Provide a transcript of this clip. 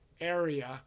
area